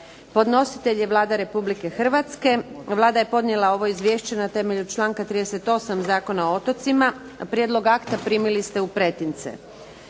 Podnositelj je Vlada Republike Hrvatske. Vlada je podnijela ovo izvješće na temelju članka 38. Zakona o otocima. Prijedlog akta primili ste u pretince.